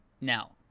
now